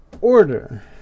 order